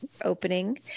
opening